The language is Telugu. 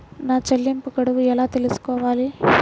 నా చెల్లింపు గడువు ఎలా తెలుసుకోవాలి?